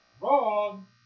Wrong